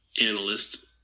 analyst